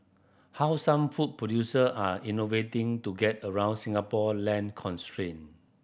how some food producer are innovating to get around Singapore land constraint